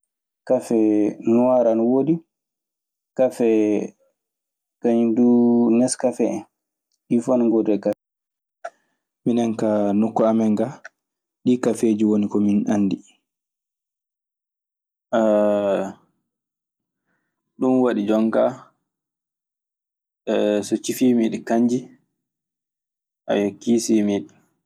Kafee nuwar ana wodi, kafee kaniuw dun neskafe fen ɗii fu ana wodi. Minen kaa nokku amen gaa ɗii kafeeji woni ko min anndi. ɗum waɗi jooni ka, so sifii mi ɗi kanji, kiisii mi ɗi.